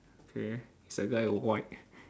okay is that guy white